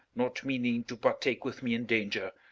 not meaning to partake with me in danger,